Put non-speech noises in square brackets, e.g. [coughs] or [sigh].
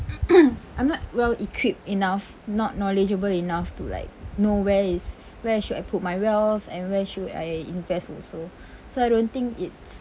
[coughs] I'm not well equipped enough not knowledgeable enough to like know where is where should I put my wealth and where should I invest also so I don't think it's